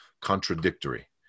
contradictory